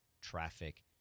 traffic